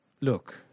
look